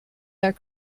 their